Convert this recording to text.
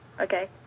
okay